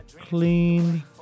clean